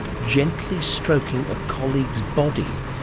gently stroking a colleague's body,